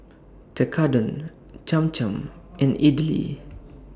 Tekkadon Cham Cham and Idili